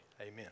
Amen